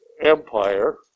empire